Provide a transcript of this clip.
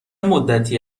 مدتی